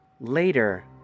Later